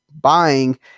buying